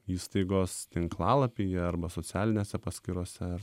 įstaigos tinklalapyje arba socialinėse paskyrose